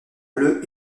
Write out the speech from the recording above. bleu